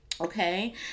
Okay